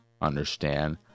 understand